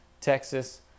Texas